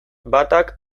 batak